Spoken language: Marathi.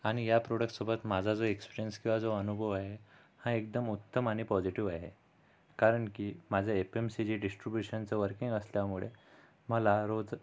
आणि या प्रोडक्टसोबत माझा जो एक्सपीरियन्स किंवा जो अनुभव आहे हा एकदम उत्तम आणि पॉझिटिव्ह आहे कारण की माझं एफ एम सीचं डिस्ट्रिब्युशनचं वर्किंग असल्यामुळे मला रोज